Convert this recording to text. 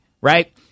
right